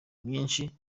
myinshi